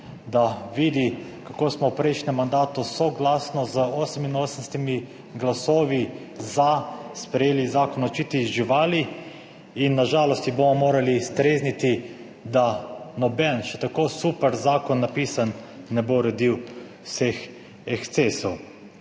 da vidi, kako smo v prejšnjem mandatu soglasno, z 88 glasovi ZA sprejeli Zakon o zaščiti živali in na žalost ji bomo morali strezniti, da noben, še tako super zakon napisan, ne bo rodil vseh ekscesov.